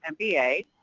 MBA